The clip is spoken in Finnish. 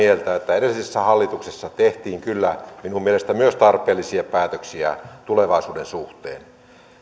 edellisessä hallituksessa tehtiin kyllä minun mielestäni myös tarpeellisia päätöksiä tulevaisuuden suhteen